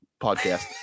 podcast